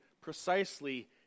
precisely